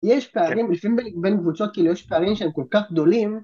יש פערים לפעמים בין קבוצות כאילו יש פערים שהם כל כך גדולים